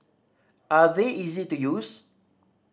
are they easy to use